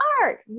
art